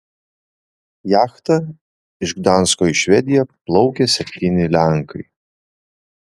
jachta iš gdansko į švediją plaukė septyni lenkai